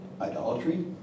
idolatry